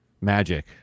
magic